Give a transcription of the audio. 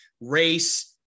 race